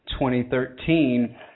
2013